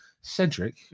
Cedric